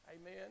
Amen